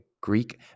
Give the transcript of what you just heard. Greek